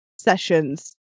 sessions